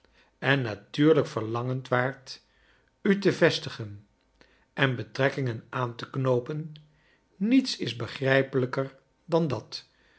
en natuurlijk verlangend waart u te vestigen en betrekkingen aan te knoopen niets is begrijpelijker dan dat